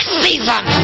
season